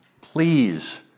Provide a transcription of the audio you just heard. Please